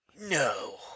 No